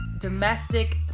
domestic